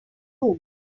room